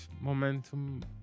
momentum